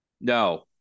No